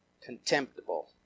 contemptible